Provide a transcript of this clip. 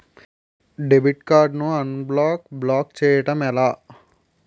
Debit card ను unblock block చేయటం ఎలా?